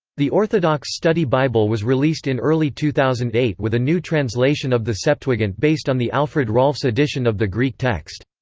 the orthodox study bible was released in early two thousand and eight with a new translation of the septuagint based on the alfred rahlfs edition of the greek text.